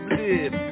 live